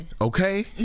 Okay